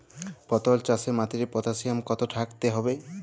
পটল চাষে মাটিতে পটাশিয়াম কত থাকতে হবে?